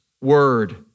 word